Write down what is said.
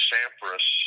Sampras